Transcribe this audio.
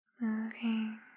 moving